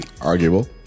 Arguable